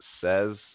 says